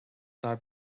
dár